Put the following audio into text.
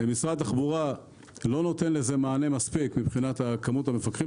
משרד התחבורה לא נותן לזה מענה מספיק מבחינת כמות המפקחים